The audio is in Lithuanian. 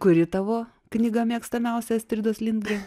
kuri tavo knyga mėgstamiausia astridos lingren